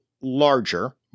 larger